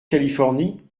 californie